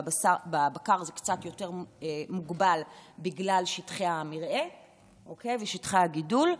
בבקר זה קצת יותר מוגבל בגלל שטחי המרעה ושטחי הגידול,